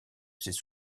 ces